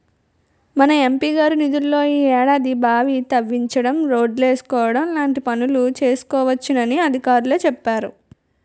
మన ఎం.పి గారి నిధుల్లో ఈ ఏడాది బావి తవ్వించడం, రోడ్లేసుకోవడం లాంటి పనులు చేసుకోవచ్చునని అధికారులే చెప్పేరు